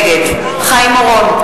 נגד חיים אורון,